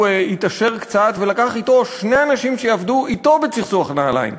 הוא התעשר קצת ולקח אתו שני אנשים שיעבדו אתו בצחצוח נעליים,